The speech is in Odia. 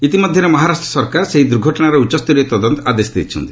ଇତିମଧ୍ୟରେ ମହାରାଷ୍ଟ୍ର ସରକାର ଏହି ଦୁର୍ଘଟଣାର ଉଚ୍ଚସ୍ତରୀୟ ତଦନ୍ତ ଆଦେଶ ଦେଇଛନ୍ତି